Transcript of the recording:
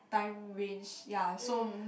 time range ya so